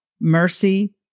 mercy